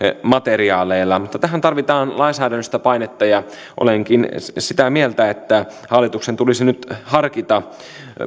materiaaleilla mutta tähän tarvitaan lainsäädännöllistä painetta olenkin sitä mieltä että hallituksen tulisi nyt harkita